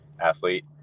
athlete